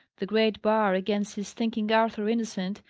the great bar against his thinking arthur innocent,